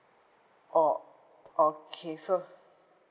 orh okay so